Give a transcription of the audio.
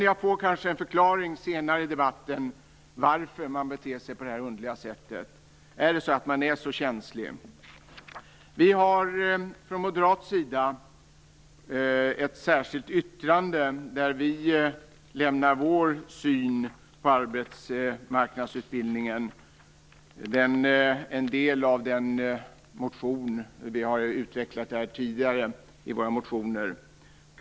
Jag får kanske senare under debatten en förklaring till varför man beter sig på det här underliga sättet. Är man verkligen så känslig? Vi från moderaterna har avgett ett särskilt yttrande där vi lämnar vår syn på arbetsmarknadsutbildningen, något som vi tidigare har utvecklat i våra motioner.